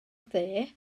dde